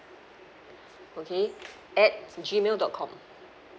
okay at G mail dot com